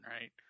right